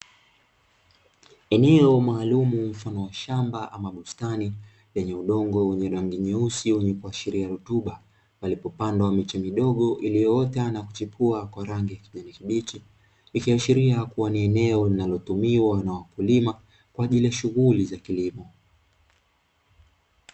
Eneo maalumu mfano wa shamba ama bustani lenye udongo wenye rangi nyeusi wenye kuashiria rutuba palipopandwa mche midogo iliyoota na kuchipua kwa rangi ya kijani kibichi, ikiashiria kuwa ni eneo linalotumiwa na wakulima kwa ajili ya shughuli za kilimo.